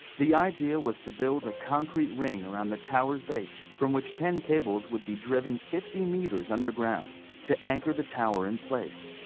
the idea was to build a concrete ring round the tower's base from which ten cables would be driven fifty meters underground to anchor the tower in place.